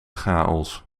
chaos